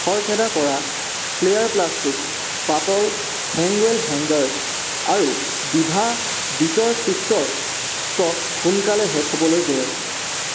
খৰখেদা কৰা Flair plastics পাতল হেংৱেল হেংগাৰছ আৰু ডিভা বীটৰ চিপ্ছৰ ষ্ট'ক সোনকালে শেষ হ'বলৈ গৈ আছে